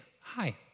hi